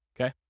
okay